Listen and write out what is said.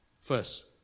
First